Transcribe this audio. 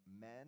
men